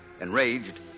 Enraged